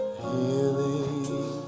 healing